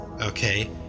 okay